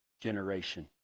generation